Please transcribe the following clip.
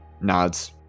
Nods